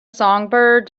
songbird